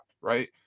right